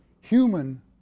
human